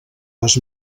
les